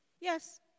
Yes